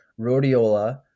rhodiola